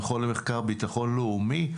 מהמכון למחקר ביטחון לאומי,